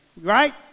Right